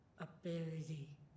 ability